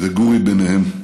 וגורי בהם.